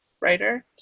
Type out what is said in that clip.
writer